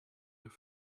your